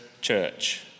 church